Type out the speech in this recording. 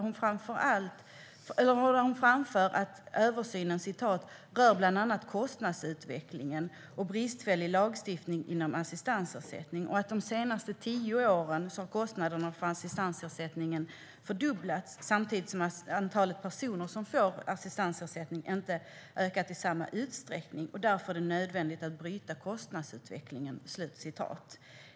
Hon framför att översynen rör bland annat kostnadsutvecklingen och bristfällig lagstiftning inom assistansersättningen och: De senaste tio åren har kostnaderna för assistansersättningen fördubblats samtidigt som antalet personer som får assistansersättning inte har ökat i samma utsträckning, och därför är det nödvändigt att bryta kostnadsutvecklingen.